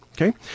Okay